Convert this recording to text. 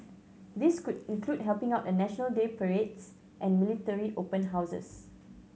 this could include helping out at National Day parades and military open houses